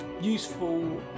useful